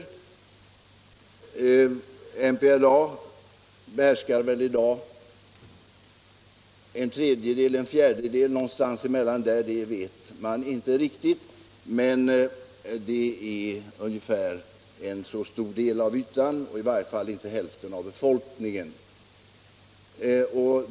MPLA behärskar i dag en tredjedel eller en fjärdedel av landet — man vet inte riktigt hur mycket, men ungefär så mycket borde det vara — och mindre än hälften av befolkningen.